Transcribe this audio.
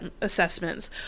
assessments